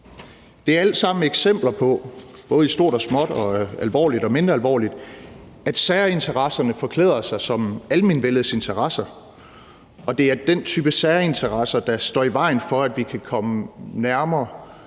Det er alt sammen eksempler, både store og små og alvorlige og mindre alvorlige, på, at særinteresserne forklæder sig som almenvellets interesser, og det er den type særinteresser, der står i vejen for, at vi kan komme nærmere